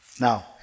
Now